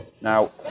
Now